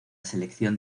selección